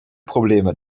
probleme